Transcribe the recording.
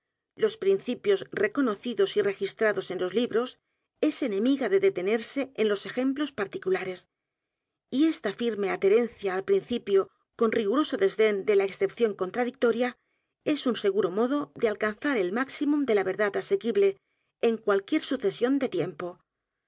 los principios reconocidos y registrados en los libros es enemiga de detenerse en los ejemplos particulares y esta firme adherencia al principio con riguroso desdén de la excepción contradictoria es un seguro modo de alcanzar el máximum de la verdad asequible en cualquier sucesión de tiempo